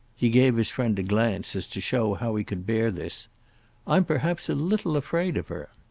he gave his friend a glance as to show how he could bear this i'm perhaps a little afraid of her.